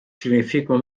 significam